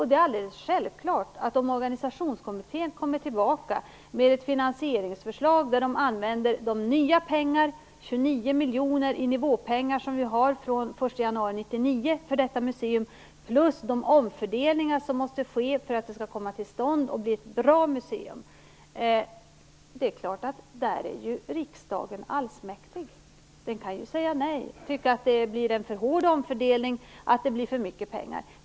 Det är alldeles självklart att om Organisationskommittén kommer tillbaka med ett finansieringsförslag där de använder de nya pengar, 29 miljoner i nivåpengar, som vi har avsatt från den 1 januari 1999 för detta museum tillsammans med de omfördelningar som måste ske för att museet skall komma till stånd och bli bra är ju riksdagen allsmäktig. Den kan ju säga nej, tycka att det blir en för hård omfördelning, att det blir för mycket pengar.